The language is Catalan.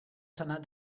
senat